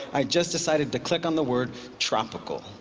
i just decided to click on the word tropical